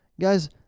Guys